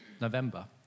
November